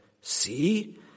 See